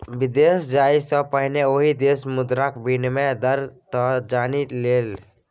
विदेश जाय सँ पहिने ओहि देशक मुद्राक विनिमय दर तँ जानि ले